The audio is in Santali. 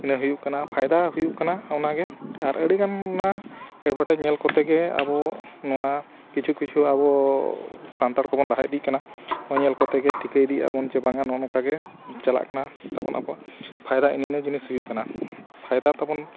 ᱤᱱᱟᱹ ᱦᱩᱭᱩᱜ ᱠᱟᱱᱟ ᱯᱷᱟᱭᱫᱟ ᱦᱩᱭᱩᱜ ᱠᱟᱱᱟ ᱚᱱᱟᱜᱮ ᱟᱨ ᱟᱹᱰᱤᱜᱟᱱ ᱚᱱᱟ ᱮᱰᱵᱷᱮᱴᱟᱡᱽ ᱧᱮᱞ ᱠᱚᱛᱮᱜᱮ ᱟᱵᱚ ᱱᱚᱣᱟ ᱠᱤᱪᱷᱩ ᱠᱤᱪᱷᱩ ᱟᱵᱚ ᱥᱟᱱᱛᱟᱲ ᱠᱚᱵᱚᱱ ᱞᱟᱦᱟᱜ ᱤᱫᱤᱜ ᱠᱟᱱᱟ ᱱᱚᱜᱼᱚᱭ ᱧᱮᱞ ᱠᱚᱛᱮᱜᱮ ᱴᱷᱤᱠᱟᱹᱭ ᱤᱫᱤᱜ ᱟᱵᱚᱱ ᱪᱮ ᱵᱟᱝ ᱱᱚᱜᱼᱚ ᱱᱚᱝᱠᱟᱜᱮ ᱪᱟᱞᱟᱜ ᱠᱟᱱᱟ ᱛᱟᱵᱚᱱᱟ ᱟᱵᱚᱣᱟᱜ ᱯᱷᱟᱭᱫᱟ ᱤᱱᱟᱹ ᱤᱱᱟᱹ ᱡᱤᱱᱤᱥ ᱦᱩᱭᱩᱜ ᱠᱟᱱᱟ ᱯᱷᱟᱭᱫᱟ ᱛᱟᱵᱚᱱ